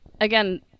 again